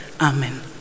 Amen